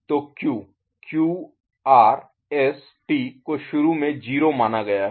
तो Q - Q R S T को शुरू में 0 माना गया है